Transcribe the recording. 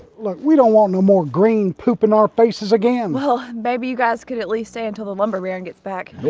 look we don't want no more green poop in our faces again. well, maybe you guys could at least stay until the lumber baron gets back?